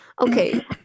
Okay